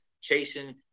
chasing